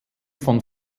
von